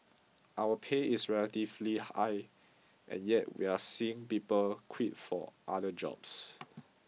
our pay is relatively high and yet we're seeing people quit for other jobs